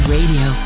Radio